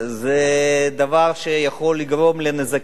זה דבר שיכול לגרום לנזקים,